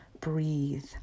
breathe